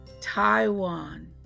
Taiwan